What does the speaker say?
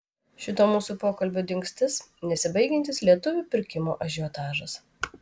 šito mūsų pokalbio dingstis nesibaigiantis lietuvių pirkimo ažiotažas